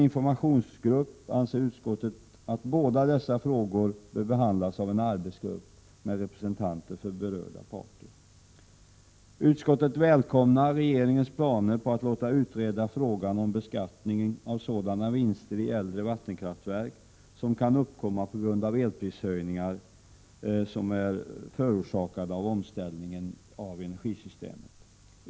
Utskottet anser att båda dessa frågor bör behandlas av en arbetsgrupp med representanter för berörda parter, i stället för av en informationsgrupp. Utskottet välkomnar regeringens planer på att låta utreda frågan om beskattning av sådana vinster i äldre vattenkraftverk som kan uppkomma på grund av elprishöjningar förorsakade av omställningar i energisystemet.